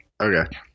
Okay